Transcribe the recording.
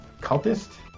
cultist